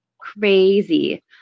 Crazy